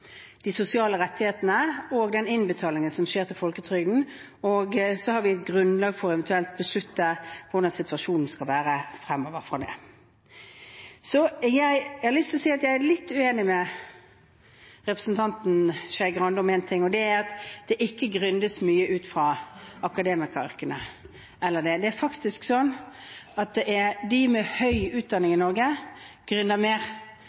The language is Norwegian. de sosiale rettighetene og den innbetalingen som skjer til folketrygden. Så har vi et grunnlag for eventuelt å beslutte hvordan situasjonen skal være fremover for det. Jeg har lyst til å si at jeg er litt uenig med representanten Skei Grande i en ting, og det er at det ikke gründes mye ut fra akademikeryrkene. Det er faktisk sånn at de med høy utdanning i Norge gründer mer